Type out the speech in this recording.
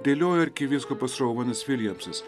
dėlioja arkivyskupas rovanas viljamsas